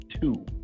two